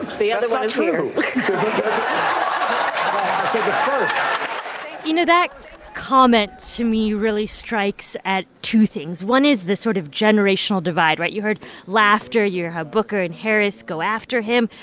the other one is here um you know, that comment, to me, really strikes at two things. one is this sort of generational divide, right? you heard laughter. you have booker and harris go after him.